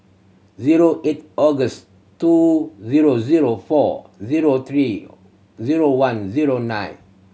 zero eight August two zero zero four zero three zero one zero nine